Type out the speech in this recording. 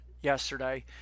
yesterday